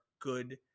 good